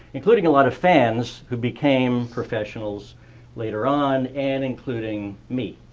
including a lot of fans who became professionals later on and including me.